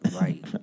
right